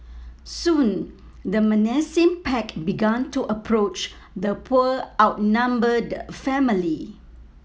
soon the menacing pack began to approach the poor outnumbered family